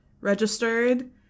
registered